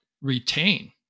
retain